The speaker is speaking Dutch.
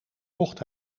mocht